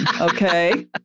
okay